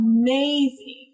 amazing